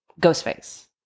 Ghostface